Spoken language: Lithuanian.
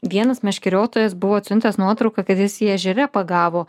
vienas meškeriotojas buvo atsiuntęs nuotrauką kad jis jį ežere pagavo